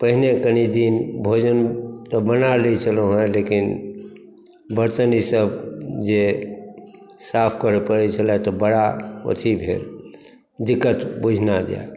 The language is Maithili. पहिने कनि दिन भोजन बनबै तऽ बना लय छलौहँ लेकिन बर्तन ई सभ जे साफ करै पड़ै छलै तऽ बड़ा अथि भेल दिक्कत बुझना गेल